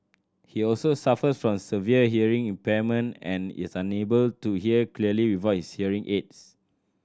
he also suffers from severe hearing impairment and is unable to hear clearly without hearing aids